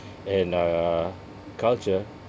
and uh culture